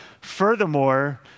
Furthermore